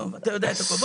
אתה יודע את הכל.